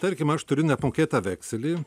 tarkim aš turiu neapmokėtą vekselį